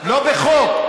לא בחוק?